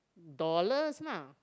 dollars lah